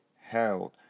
held